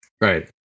Right